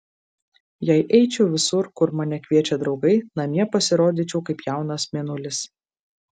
jei eičiau visur kur mane kviečia draugai namie pasirodyčiau kaip jaunas mėnulis